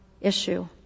issue